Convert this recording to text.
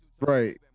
Right